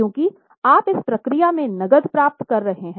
क्योंकि आप इस प्रक्रिया में नकद प्राप्त कर रहे हैं